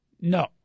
No